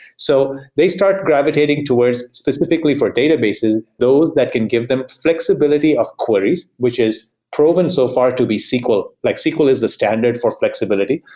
so they start gravitating towards specifically for databases those that can give them flexibility of queries, which is proven so far to be sql. like sql is the standard for flexibility.